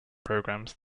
programs